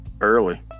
Early